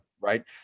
Right